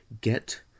get